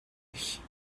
ich